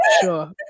sure